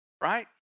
Right